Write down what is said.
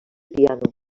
piano